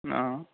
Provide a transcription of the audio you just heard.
నా